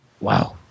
Wow